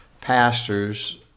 pastors